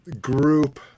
group